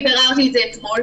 ביררתי את זה אתמול.